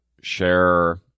share